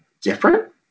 different